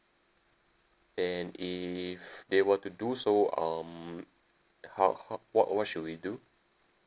and if they were to do so um uh how ah how what what should we do